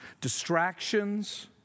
distractions